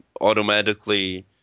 automatically